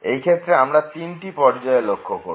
এই ক্ষেত্রে আমরা তিনটি পর্যায়ে লক্ষ করব